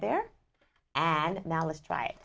there and now let's try